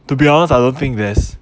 to be honest I don't think there's